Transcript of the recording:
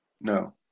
No